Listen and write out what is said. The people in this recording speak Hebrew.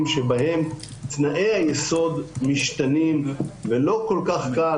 שבהם תנאי היסוד משתנים ולא כל כך קל,